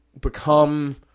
Become